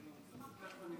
אדוני